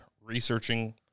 researching